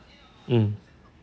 mm